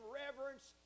reverence